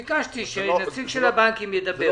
אני ביקשתי שנציג של הבנקים ידבר.